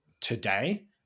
today